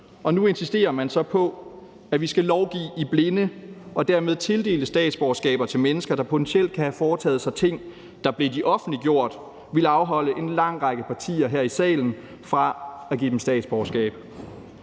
Og nu insisterer man så på, at vi skal lovgive i blinde og dermed tildele statsborgerskaber til mennesker, der potentielt kan have foretaget sig ting, der, blev de offentliggjort, ville afholde en lang række partier her i salen fra at give dem statsborgerskab.